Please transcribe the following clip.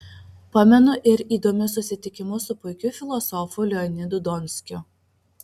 pamenu ir įdomius susitikimus su puikiu filosofu leonidu donskiu